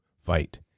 fight